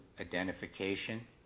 identification